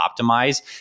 optimize